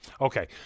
Okay